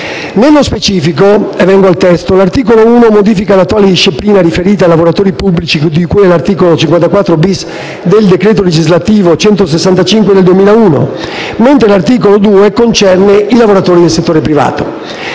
Nello specifico, l'articolo 1 modifica l'attuale disciplina riferita ai lavoratori pubblici di cui all'articolo 54-*bis* del decreto legislativo n. 165 del 2001, mentre l'articolo 2 concerne i lavoratori del settore privato.